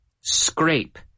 scrape